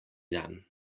dan